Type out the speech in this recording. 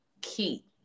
key